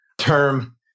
term